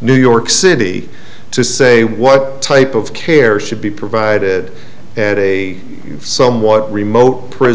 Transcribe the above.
new york city to say what type of care should be provided at a somewhat remote pr